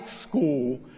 school